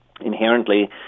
inherently